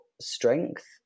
strength